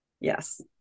Yes